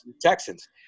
texans